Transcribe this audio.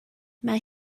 mae